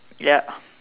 ya